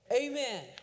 Amen